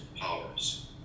powers